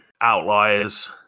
outliers